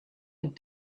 had